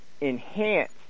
enhance